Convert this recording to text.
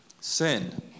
sin